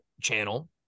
channel